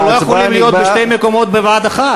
אנחנו לא יכולים להיות בשני מקומות בבת-אחת.